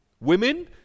Women